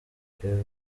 gukorera